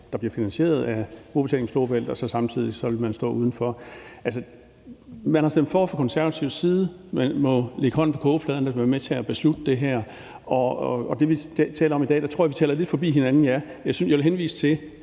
der bliver finansieret af brugerbetaling på Storebæltsbroen, og så vil man samtidig stå udenfor. Altså, man har stemt for fra Konservatives side. Man må lægge hånden på kogepladen, hvis man vil være med til at beslutte det her. Og ja, i forhold til det, vi taler om i dag, tror jeg, at vi taler lidt forbi hinanden. Jeg vil henvise til,